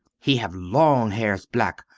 he have long hairs black,